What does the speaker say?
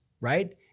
right